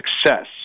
success